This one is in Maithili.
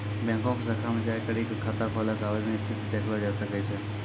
बैंको शाखा मे जाय करी क खाता खोलै के आवेदन स्थिति देखलो जाय सकै छै